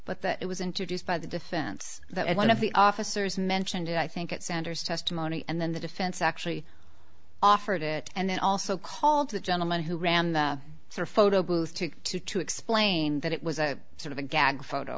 but that it was introduced by the defense that one of the officers mentioned it i think at sanders testimony and then the defense actually offered it and then also called the gentleman who ran the photo booth to to to explain that it was a sort of a gag photo